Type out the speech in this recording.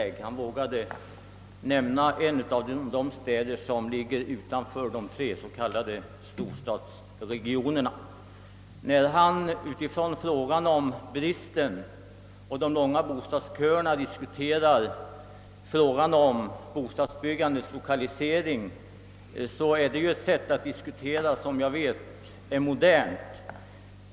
Herr Jansson vågade nämna en av de städer som ligger utanför de tre s.k. storstadsregionerna, Utifrån frågan om bostadsbristen och de långa bostadsköerna diskuterar han bostadsbyggandets lokalisering, vilket är ett sätt att diskutera som jag vet är modernt.